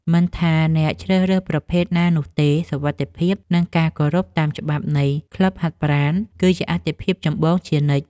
មិនថាអ្នកជ្រើសរើសប្រភេទណានោះទេ សុវត្ថិភាព និងការគោរពតាមច្បាប់នៃក្លឹបហាត់ប្រាណ គឺជាអាទិភាពចម្បងជានិច្ច។